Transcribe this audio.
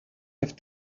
have